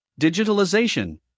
digitalization